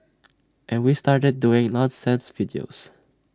and we started doing nonsense videos